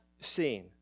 seen